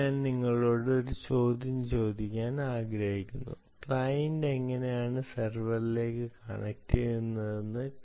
ഇപ്പോൾ ഞാൻ നിങ്ങളോട് ഒരു ചോദ്യം ചോദിക്കാൻ ആഗ്രഹിക്കുന്നു ക്ലയന്റ് എങ്ങനെയാണ് സെർവറിലേക്ക് കണക്റ്റുചെയ്യുന്നതെന്ന്